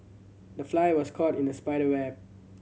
the fly was caught in the spider web